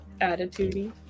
attitude-y